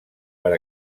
per